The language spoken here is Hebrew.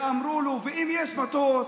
ואמרו לו: ואם יש מטוס?